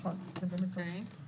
לפי מה שאני מבינה,